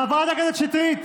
חברת הכנסת שטרית,